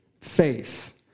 faith